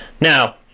now